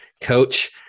coach